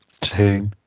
two